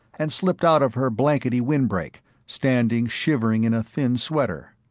and slipped out of her blankety windbreak, standing shivering in a thin sweater.